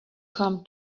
come